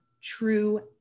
true